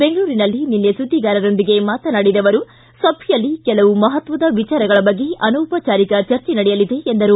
ಬೆಂಗಳೂರಿನಲ್ಲಿ ನಿನ್ನೆ ಸುದ್ದಿಗಾರರೊಂದಿಗೆ ಮಾತನಾಡಿದ ಅವರು ಸಭೆಯಲ್ಲಿ ಕೆಲವು ಮಹತ್ವದ ವಿಚಾರಗಳ ಬಗ್ಗೆ ಅನೌಪಚಾರಿಕ ಚರ್ಚೆ ನಡೆಯಲಿದೆ ಎಂದರು